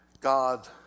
God